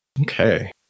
Okay